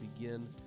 begin